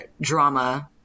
drama